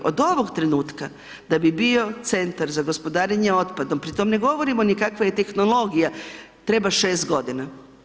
Od ovog trenutka da bi bio Centar za gospodarenje otpadom, pri tome ne govorimo ni kakva je tehnologija treba 6 godina.